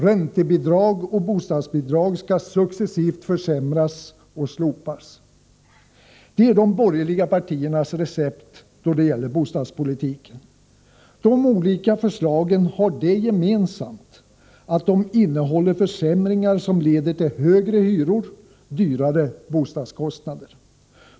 Räntebidrag och bostadsbidrag skall successivt försämras och slopas. Detta är de borgerliga partiernas recept då det gäller bostadspolitiken. De olika förslagen har det gemensamt att de innehåller försämringar som leder till högre hyror och högre bostadskostnader.